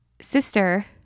sister